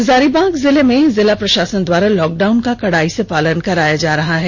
हजारीबाग जिले में जिला प्रषासन द्वारा लॉकडाउन का कड़ाई से पालन कराया जा रहा है